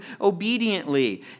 obediently